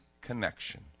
connection